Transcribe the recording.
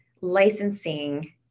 licensing